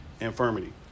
infirmity